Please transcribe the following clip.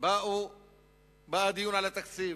בא הדיון על התקציב,